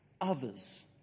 others